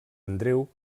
andreu